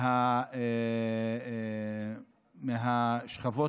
אפילו מהשכבות